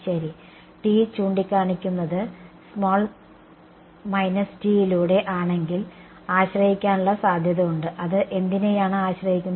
ശരി T ചൂണ്ടിക്കാണിക്കുന്നത് ലൂടെ ആണെങ്കിൽ ആശ്രയിക്കാനുള്ള സാധ്യത ഉണ്ട് അതെ എന്തിനെയാണ് ആശ്രയിക്കുന്നത്